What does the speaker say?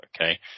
okay